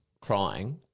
crying